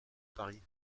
paris